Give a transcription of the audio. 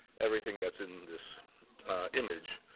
everything that's in this image.